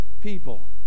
people